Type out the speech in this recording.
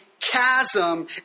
chasm